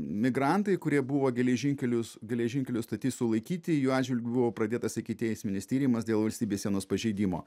migrantai kurie buvo geležinkeliu geležinkelio stotyj sulaikyti jų atžvilgiu buvo pradėtas ikiteisminis tyrimas dėl valstybės sienos pažeidimo